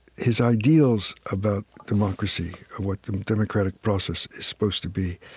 his ideals about democracy, of what the democratic process is supposed to be,